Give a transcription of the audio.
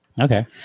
Okay